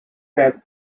fed